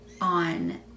on